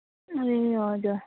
ए हजुर